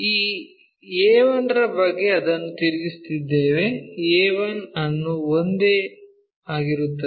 ಈ a1 ರ ಬಗ್ಗೆ ಅದನ್ನು ತಿರುಗಿಸುತ್ತಿದ್ದೇವೆ a1 ಅನ್ನು ಒಂದೇ ಆಗಿರುತ್ತದೆ